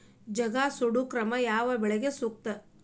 ಜಗಾ ಸುಡು ಕ್ರಮ ಯಾವ ಬೆಳಿಗೆ ಸೂಕ್ತ?